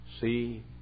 See